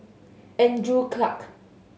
Andrew Clarke